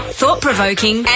thought-provoking